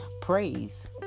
Praise